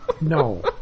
No